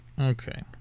Okay